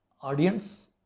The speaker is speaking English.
audience